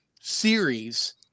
series